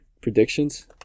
predictions